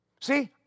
See